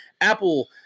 Apple